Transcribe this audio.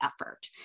effort